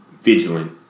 vigilant